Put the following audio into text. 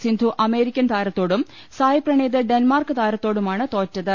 Sindhu American താരത്തോടും Sai Praneeth Denmark താരത്തോടുമാണ് തോറ്റത്